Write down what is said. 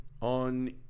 on